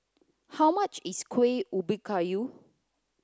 how much is Kueh Ubi Kayu